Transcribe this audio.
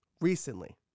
recently